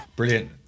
Brilliant